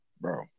bro